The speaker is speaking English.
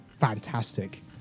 fantastic